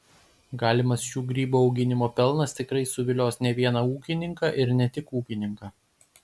galimas šių grybų auginimo pelnas tikrai suvilios ne vieną ūkininką ir ne tik ūkininką